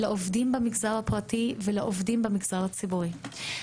לעובדים במגזר הפרטי ולעובדים במגזר הציבורי.